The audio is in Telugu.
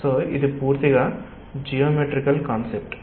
కాబట్టి ఇది పూర్తిగా జియోమెట్రికల్ కాన్సెప్ట్